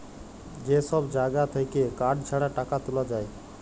যে সব জাগা থাক্যে কার্ড ছাড়া টাকা তুলা যায়